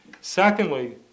Secondly